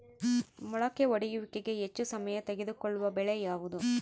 ಮೊಳಕೆ ಒಡೆಯುವಿಕೆಗೆ ಹೆಚ್ಚು ಸಮಯ ತೆಗೆದುಕೊಳ್ಳುವ ಬೆಳೆ ಯಾವುದು?